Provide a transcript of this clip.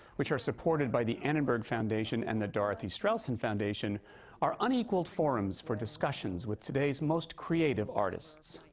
which are supported by the annenberg foundation and the dorothy strelsin foundation our unequaled forums for discussions with today's most creative artists.